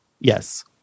Yes